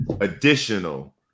additional